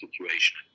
situation